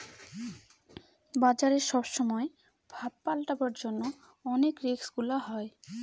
বাজারে সব সময় ভাব পাল্টাবার জন্য অনেক রিস্ক গুলা হয়